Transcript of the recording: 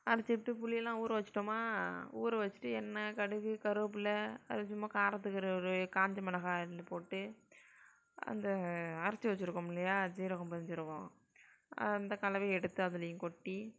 அரைச்சுவிட்டு புளியெல்லாம் ஊற வெச்சிட்டோமா ஊற வெச்சிட்டு எண்ணெய் கடுகு கருவேப்பிலை அது சும்மா காரத்துக்கு ஒரு ஒரு காஞ்ச மிளகா அள்ளி போட்டு அந்த அரைத்து வெச்சிருக்கோம் இல்லையா சீரகம் பெருஞ்சீரகம் அந்த கலவையை எடுத்து அதுலேயும் கொட்டி